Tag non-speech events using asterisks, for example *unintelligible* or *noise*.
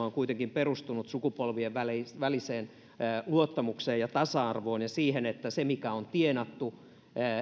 *unintelligible* on kuitenkin perustunut sukupolvien väliseen väliseen luottamukseen ja tasa arvoon ja siihen että se mikä on tienattu